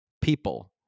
people